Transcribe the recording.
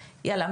יאללה,